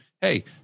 hey